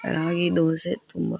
ರಾಗಿ ದೋಸೆ ತುಂಬ